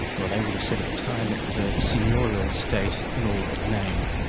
well they would have said at the time, it was a seignorial state in all but name.